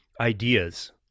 ideas